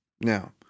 Now